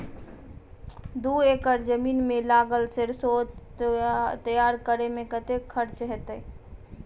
दू एकड़ जमीन मे लागल सैरसो तैयार करै मे कतेक खर्च हेतै?